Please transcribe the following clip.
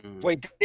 Wait